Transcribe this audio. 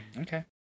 Okay